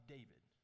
David